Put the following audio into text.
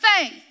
faith